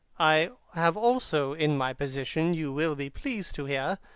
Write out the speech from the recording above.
i have also in my possession, you will be pleased to hear,